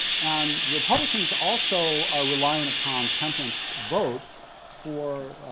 and republicans also are reliant upon temperance votes for